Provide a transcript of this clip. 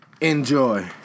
Enjoy